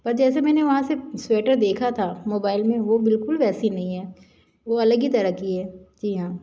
पर जैसा मैंने वहाँ से स्वेटर देखा था मोबाइल में वो बिल्कुल वैसा नहीं है वो अलग ही तरह का है जी हाँ